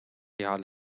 على